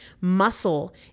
Muscle